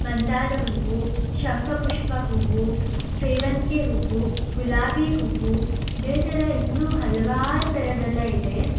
ಮಂದಾರ ಹೂವು ಶಂಖಪುಷ್ಪ ಹೂವು ಸೇವಂತಿಗೆ ಹೂವು ಗುಲಾಬಿ ಹೂವು ಇದೇ ಥರ ಇನ್ನೂ ಹಲವಾರು ಥರದ್ದೆಲ್ಲ ಇದೆ